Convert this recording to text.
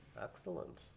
Excellent